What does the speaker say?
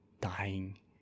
dying